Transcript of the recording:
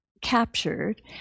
captured